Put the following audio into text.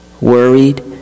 worried